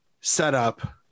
setup